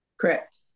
Correct